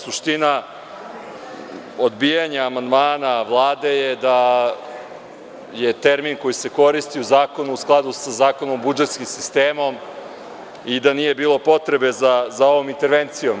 Suština odbijanja amandmana Vlade je da je termin koji se koristi u zakonu u skladu sa Zakonom, budžetskim sistemom i da nije bilo potrebe za ovom intervencijom.